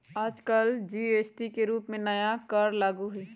आजकल जी.एस.टी के रूप में नया कर लागू हई